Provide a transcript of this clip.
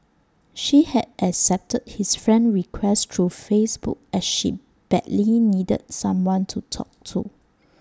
she had accepted his friend request through Facebook as she badly needed someone to talk to